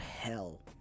hell